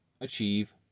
achieve